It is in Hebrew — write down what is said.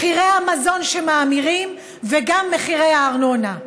מחירי המזון שמאמירים, וגם מחירי הארנונה.